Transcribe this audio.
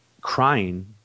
crying